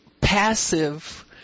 passive